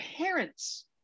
parents